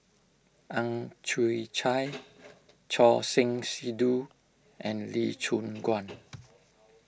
Ang Chwee Chai Choor Singh Sidhu and Lee Choon Guan